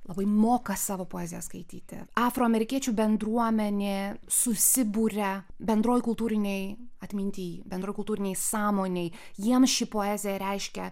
labai moka savo poeziją skaityti afroamerikiečių bendruomenė susiburia bendroj kultūrinėj atminty bendroj kultūrinėj sąmonėj jiems ši poezija reiškia